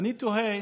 אני תוהה